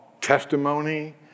testimony